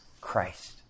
Christ